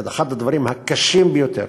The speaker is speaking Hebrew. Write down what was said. זה אחד הדברים הקשים ביותר.